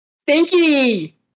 Stinky